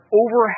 over